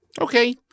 Okay